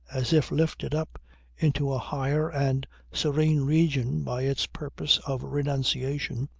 as if lifted up into a higher and serene region by its purpose of renunciation,